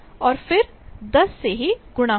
और फिर 10 से गुणा होगा